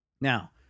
Now